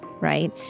right